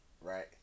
right